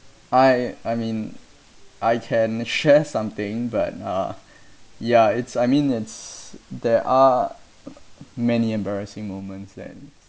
I I mean I can share something but uh ya it's I mean it's there are many embarrassing moments